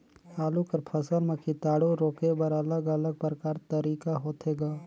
आलू कर फसल म कीटाणु रोके बर अलग अलग प्रकार तरीका होथे ग?